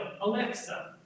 Alexa